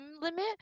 limit